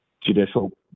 judicial